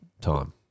time